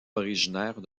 originaires